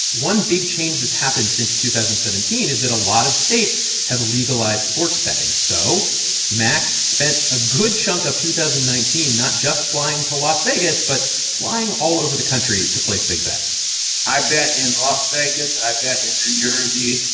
one big change that's happened since two thousand and seventeen is that a lot of states have legalized sports betting. so mack spent a good chunk of two thousand and nineteen not just flying to las vegas, but flying all over the country to place big bets i bet in las vegas. i bet in new jersey.